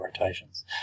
rotations